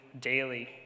daily